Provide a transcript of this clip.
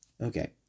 Okay